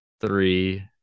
three